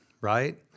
right